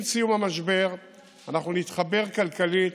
ועם סיום המשבר אנחנו נתחבר כלכלית